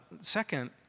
Second